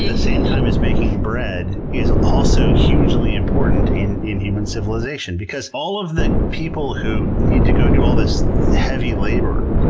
same time as making bread is also hugely important in in human civilization, because all of the people who need to go do all this heavy labor,